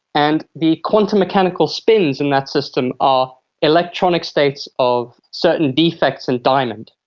and the quantum mechanical spins in that system are electronic states of certain defects in diamond.